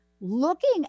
looking